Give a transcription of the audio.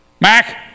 Mac